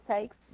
takes